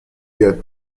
بیاد